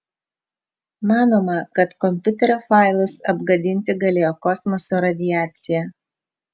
manoma kad kompiuterio failus apgadinti galėjo kosmoso radiacija